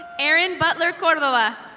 erin butler corloa.